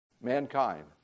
mankind